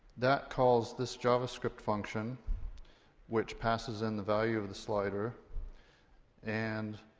that calls this javascript function which passes in the value of the slider and.